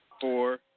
four